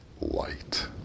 light